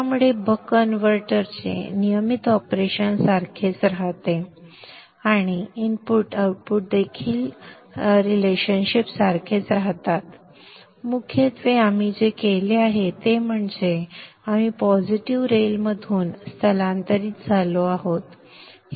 त्यामुळे बक कन्व्हर्टरचे नियमित ऑपरेशन सारखेच राहते आणि इनपुट आउटपुट संबंध देखील सारखेच राहतात मुख्यत्वे आपण जे केले आहे ते म्हणजे आपण पॉझिटिव्ह रेलमधून स्थलांतरित झालो आहोत